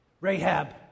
Rahab